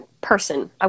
person